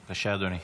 בבקשה, אדוני.